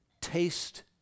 taste